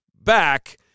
back